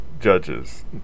judges